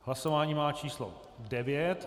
Hlasování má číslo 9.